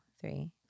three